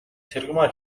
цэрэгмаа